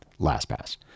LastPass